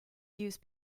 use